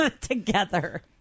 together